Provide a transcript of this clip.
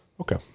Okay